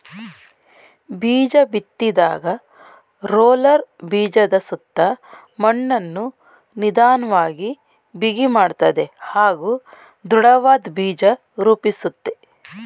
ಬೀಜಬಿತ್ತಿದಾಗ roller ಬೀಜದಸುತ್ತ ಮಣ್ಣನ್ನು ನಿಧನ್ವಾಗಿ ಬಿಗಿಮಾಡ್ತದೆ ಹಾಗೂ ದೃಢವಾದ್ ಬೀಜ ರೂಪಿಸುತ್ತೆ